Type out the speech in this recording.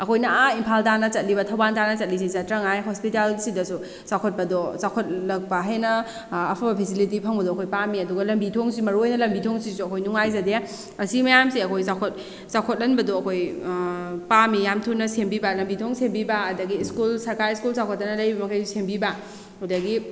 ꯑꯩꯈꯣꯏꯅ ꯑꯥ ꯏꯝꯐꯥꯜ ꯇꯥꯟꯅ ꯆꯠꯂꯤꯕ ꯊꯧꯕꯥꯜ ꯇꯥꯟꯅ ꯆꯠꯂꯤꯁꯤ ꯆꯠꯇ꯭ꯔꯉꯥꯏ ꯍꯣꯁꯄꯤꯇꯥꯜ ꯁꯤꯗꯁꯨ ꯆꯥꯎꯈꯠꯄꯗꯣ ꯆꯥꯎꯈꯠꯂꯛꯄ ꯍꯦꯟꯅ ꯑꯐꯕ ꯐꯦꯁꯤꯂꯤꯇꯤ ꯐꯪꯕꯗꯣ ꯑꯩꯈꯣꯏ ꯄꯥꯝꯃꯤ ꯑꯗꯨꯒ ꯂꯝꯕꯤ ꯊꯣꯡꯁꯤꯁꯨ ꯃꯔꯨꯑꯣꯏꯅ ꯂꯝꯕꯤ ꯊꯣꯡꯁꯤꯁꯨ ꯑꯩꯈꯣꯏ ꯅꯨꯡꯉꯥꯏꯖꯗꯦ ꯑꯁꯤ ꯃꯌꯥꯝꯁꯦ ꯑꯥꯈꯣꯏ ꯆꯥꯎꯈꯠ ꯆꯥꯎꯈꯠꯍꯟꯕꯗꯣ ꯑꯥꯈꯣꯏ ꯄꯥꯝꯃꯤ ꯌꯥꯝꯊꯨꯅ ꯁꯦꯝꯕꯤꯕ ꯂꯝꯕꯤ ꯊꯣꯡ ꯁꯦꯝꯕꯤꯕ ꯑꯗꯨꯗꯒꯤ ꯁ꯭ꯀꯨꯜ ꯁꯔꯀꯥꯔ ꯁ꯭ꯀꯨꯜ ꯆꯥꯎꯈꯠꯇꯅ ꯂꯩꯔꯤꯕ ꯃꯈꯩ ꯁꯦꯝꯕꯤꯕ ꯑꯗꯒꯤ